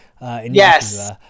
Yes